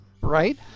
Right